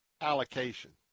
allocation